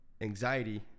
anxiety